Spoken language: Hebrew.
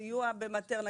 סיוע במטרנה,